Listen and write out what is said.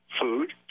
food